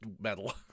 metal